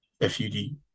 F-U-D